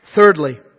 Thirdly